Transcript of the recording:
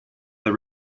they